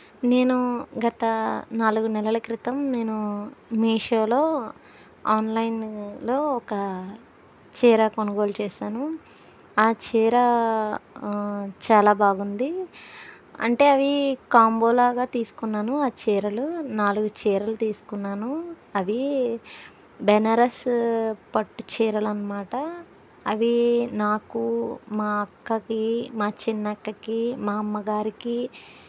నేను గత నాలుగు నెలల క్రితం నేను మీషోలో ఆన్లైన్లో ఒక చీర కొనుగోలు చేశాను ఆ చీర చాలా బాగుంది అంటే అవి కాంబోలాగా తీసుకున్నాను ఆ చీరలు నాలుగు చీరలు తీసుకున్నాను అవి బెనారస్ పట్టు చీరలు అనమాట అవి నాకు మా అక్కకి మా చిన్న అక్కకి మా అమ్మగారికి